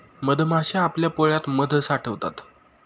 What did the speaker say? मधमाश्या आपल्या पोळ्यात मध साठवतात